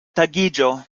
tagiĝo